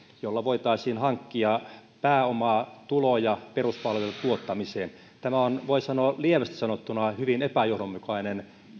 sillä voitaisiin hankkia pääomatuloja peruspalvelujen tuottamiseen tämä teidän kiinteistöverolinjauksenne tuulivoiman kiinteistöveron osalta on lievästi sanottuna hyvin epäjohdonmukainen